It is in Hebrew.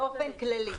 באופן כללי,